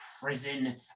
prison